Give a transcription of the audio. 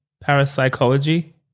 parapsychology